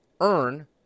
Earn